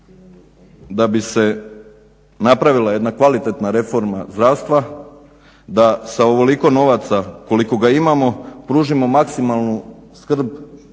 da bi se napravila jedna kvalitetna reforma zdravstva, da sa ovoliko novaca koliko ga imamo pružimo maksimalnu skrb